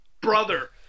brother